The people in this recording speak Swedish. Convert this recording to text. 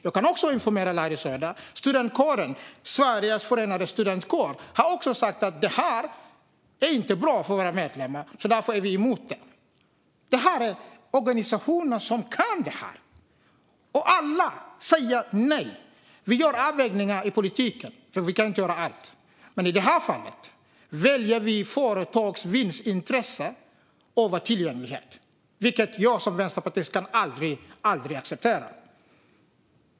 Jag kan också informera Larry Söder om att även Sveriges förenade studentkårer har sagt att det här inte är bra för deras medlemmar, så därför är de emot det. Det här är organisationer som kan detta, och alla säger nej! Vi gör avvägningar i politiken, för vi kan inte göra allt, men i det här fallet väljer vi företags vinstintresse före tillgänglighet, vilket jag som vänsterpartist aldrig kan acceptera.